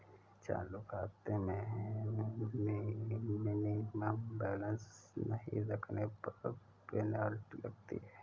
चालू खाते में मिनिमम बैलेंस नहीं रखने पर पेनल्टी लगती है